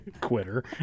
Quitter